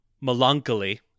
melancholy